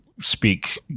speak